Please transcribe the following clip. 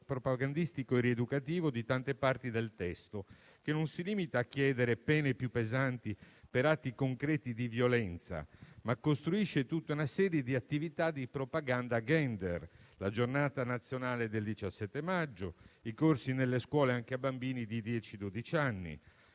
propagandistico e rieducativo di tante parti del testo che non si limita a chiedere pene più pesanti per atti concreti di violenza, ma costruisce tutta una serie di attività di propaganda *gender* - la giornata nazionale del 17 maggio, i corsi nelle scuole anche a bambini di